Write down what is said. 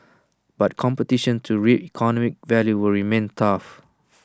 but competition to reap economic value will remain tough